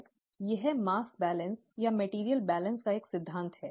यह द्रव्यमान संतुलन या मेटेरियल संतुलन का एक सिद्धांत है